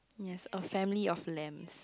yes a family of lambs